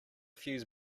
fuse